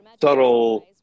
subtle